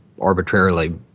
arbitrarily